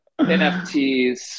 NFTs